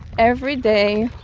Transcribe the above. every day,